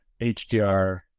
HDR